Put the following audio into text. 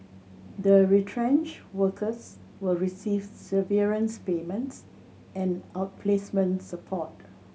the retrenched workers will receive severance payments and outplacement support